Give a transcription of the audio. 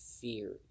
fear